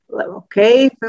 okay